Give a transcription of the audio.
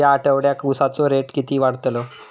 या आठवड्याक उसाचो रेट किती वाढतलो?